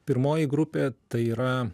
pirmoji grupė tai yra